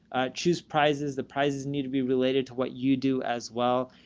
choose prizes. the prizes need to be related to what you do as well.